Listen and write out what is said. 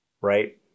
right